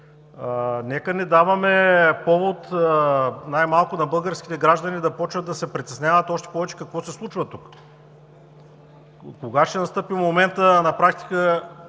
Нека да не даваме повод, най-малко на българските граждани, да започват да се притесняват още повече какво се случва тук. Кога ще настъпи моментът на практика